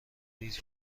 ریز